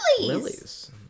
lilies